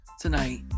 tonight